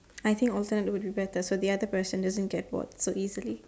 I think alternate would be better so the other person doesn't get bored so easily